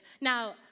Now